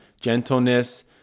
gentleness